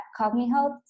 CogniHealth